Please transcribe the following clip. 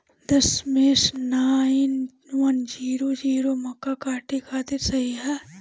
दशमेश nine one zero zero मक्का काटे खातिर सही ह?